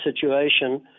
situation